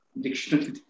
dictionary